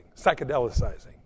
psychedelicizing